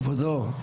כבודו,